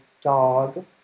dog